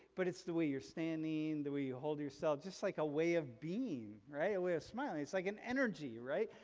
but it's the way you're standing, the way you hold yourselves, just like a way of being, right? a way smiling, it's like an energy, right?